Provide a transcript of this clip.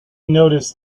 noticed